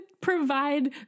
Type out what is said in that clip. provide